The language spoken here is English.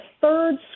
third